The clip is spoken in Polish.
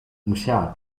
musiała